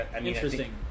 Interesting